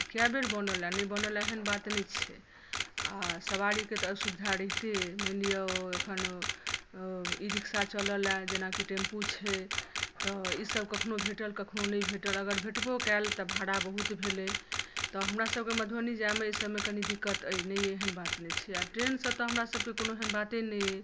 कए बेर बनलए नहि बनलए एहन बात नहि छै आ सवारीके तऽ असुविधा रहिते अइ मानि लिअ एखन ई रिक्शा चललए जेनाकि टेम्पू छै तऽ ईसभ कखनहु भेटल कखनहु नहि भेटल अगर भेटबो कयल तऽ भाड़ा बहुत भेलै तऽ हमरासभके मधुबनी जाइमे एहिसभमे दिक्क्त अइ नहि अइ एहन बात नहि छै आ ट्रेनसँ तऽ हमरासभके कोनो एहन बाते नहि अइ